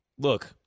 Look